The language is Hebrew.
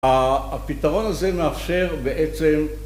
הפתרון הזה מאפשר בעצם...